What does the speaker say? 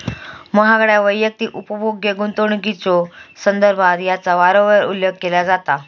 महागड्या वैयक्तिक उपभोग्य गुंतवणुकीच्यो संदर्भात याचा वारंवार उल्लेख केला जाता